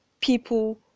people